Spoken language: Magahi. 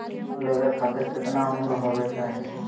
लोन लेवे खातिर केतना उम्र होवे चाही?